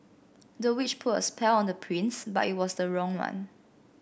the witch put a spell on the prince but it was the wrong one